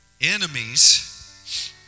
enemies